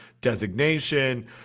designation